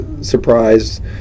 surprised